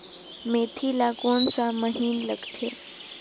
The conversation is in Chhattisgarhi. मेंथी ला कोन सा महीन लगथे?